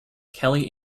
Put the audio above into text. kelly